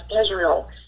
Israel